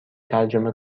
ترجمه